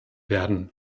werden